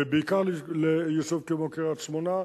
ובעיקר ליישוב כמו קריית-שמונה.